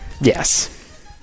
Yes